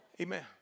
Amen